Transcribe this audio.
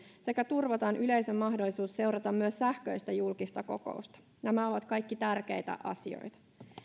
sekä turvataan yleisön mahdollisuus seurata myös sähköistä julkista kokousta nämä ovat kaikki tärkeitä asioita